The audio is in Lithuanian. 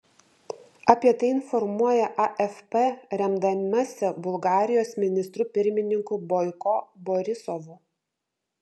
apie tai informuoja afp remdamasi bulgarijos ministru pirmininku boiko borisovu